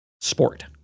sport